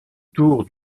tour